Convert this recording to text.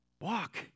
walk